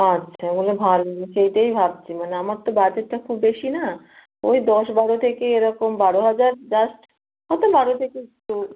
আচ্ছা এগুলো ভালো সেইটাই ভাবছি মানে আমার তো বাজেটটা খুব বেশি না ওই দশ বারো থেকে এরকম বারো হাজার জাস্ট হতে পারে একটু